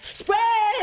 spread